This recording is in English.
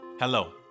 Hello